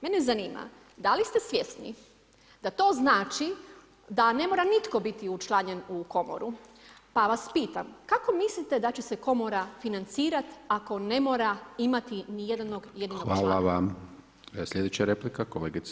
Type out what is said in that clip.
Mene zanima, da li ste svjesni, da to znači da ne mora nitko biti učlanjen u komoru, pa vas pitam, kako mislite da će se komora financirati, ako ne mora imati ni jednog jedinog člana.